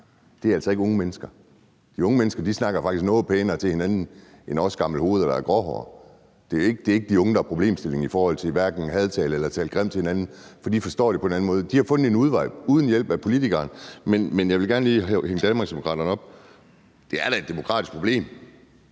– er altså ikke unge mennesker. De unge mennesker snakker faktisk noget pænere til hinanden end os gamle gråhårede hoveder. Det er ikke de unge, der er problemet i forhold til hverken hadtale eller at tale grimt til hinanden, for de forstår tingene på en anden måde. De har fundet en udvej uden hjælp fra politikerne. Men jeg vil gerne lige holde Danmarksdemokraterne fast på det her. Det er da et demokratisk problem,